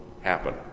happen